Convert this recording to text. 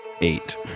Eight